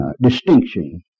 distinction